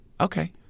okay